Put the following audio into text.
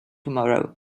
tomorrow